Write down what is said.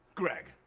greg.